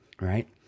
right